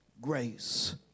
grace